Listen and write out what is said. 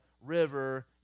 river